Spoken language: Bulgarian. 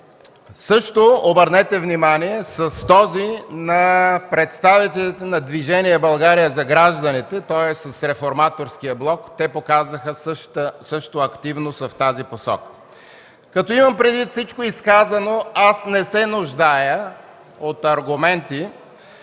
също, обърнете внимание, с този на представителите на Движение „България за гражданите”, тоест, с Реформаторския блок. Те показаха също активност в тази посока. Като имам предвид всичко изказано, не се нуждая от аргументи,